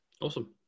awesome